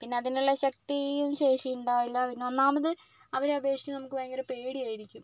പിന്നെ അതിനുള്ള ശക്തിയും ശേഷിയും ഉണ്ടാവില്ല പിന്നെ ഒന്നാമത് അവരെ അപേക്ഷിച്ച് നമുക്ക് ഭയങ്കര പേടിയായിരിക്കും